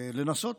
לנסות